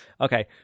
okay